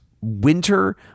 winter